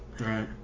Right